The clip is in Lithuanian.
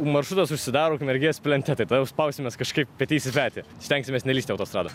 maršrutas užsidaro ukmergės plente tai tau spausimės kažkaip petys į petį stengsimės nelįst į autostradą